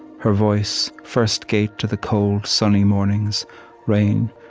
her voice, first gate to the cold sunny mornings rain,